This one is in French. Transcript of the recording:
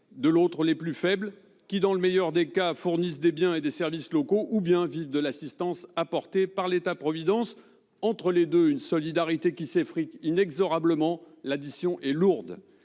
de l'autre, les plus faibles qui fournissent, dans le meilleur des cas, des biens et des services locaux ou qui vivent de l'assistance apportée par l'État-providence. Entre les deux, une solidarité qui s'effrite inexorablement. L'addition est lourde